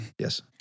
Yes